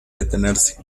detenerse